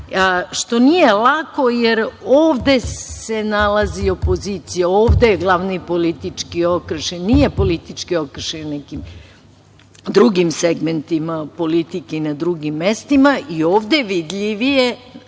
što nije lako, jer ovde se nalazi opozicija, ovde je glavni politički okršaj. Nije politički okršaj u nekim drugim segmentima politike i na drugim mestima i ovde je vidljivije